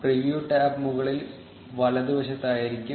preview tab മുകളിൽ വലതുവശത്തായിരിക്കും